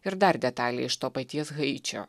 ir dar detalė iš to paties haičio